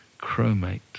chromate